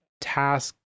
task